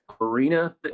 marina